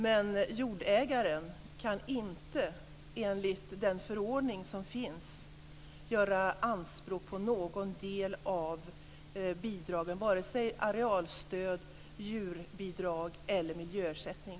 Men jordägaren kan inte enligt den förordning som finns göra anspråk på någon del av bidragen, varken arealstöd, djurbidrag eller miljöersättning.